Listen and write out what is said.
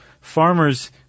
farmers